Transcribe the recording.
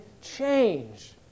Change